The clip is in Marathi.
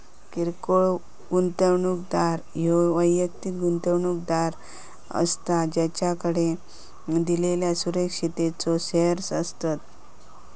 किरकोळ गुंतवणूकदार ह्यो वैयक्तिक गुंतवणूकदार असता ज्याकडे दिलेल्यो सुरक्षिततेचो शेअर्स असतत